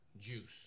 juice